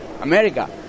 America